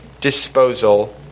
disposal